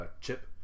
Chip